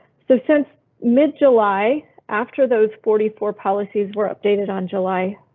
so since mid july, after those forty four policies were updated on july.